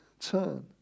turn